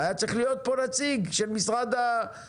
היה צריך להיות פה נציג של משרד התחבורה.